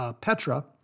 Petra